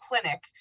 clinic